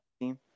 team